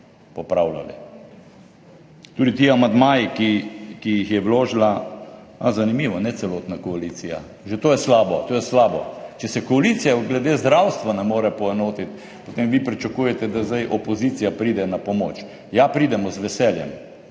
popravljali. Tudi ti amandmaji, ki jih je vložila – ha, zanimivo, ne celotna koalicija. Že to je slabo, to je slabo, če se koalicija glede zdravstva ne more poenotiti, potem vi pričakujete, da zdaj opozicija pride na pomoč. Ja, pridemo, z veseljem.